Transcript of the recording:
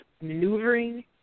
maneuvering